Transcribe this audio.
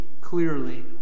clearly